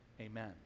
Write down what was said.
amen